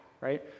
Right